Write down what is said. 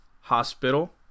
Hospital